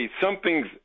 something's